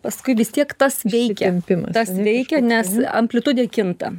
paskui vis tiek tas veikia tas veikia nes amplitudė kinta